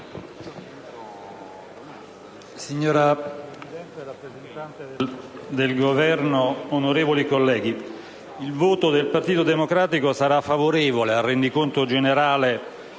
Signora Presidente, signor rappresentante del Governo, onorevoli colleghi, il Gruppo del Partito Democratico voterà a favore del rendiconto generale